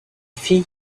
fille